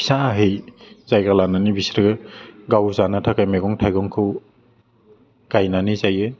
फिसाहै जायगा लानानै बिसोरो गाव जानो थाखाय मैगं थाइगंखौ गायनानै जायो